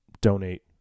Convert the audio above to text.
donate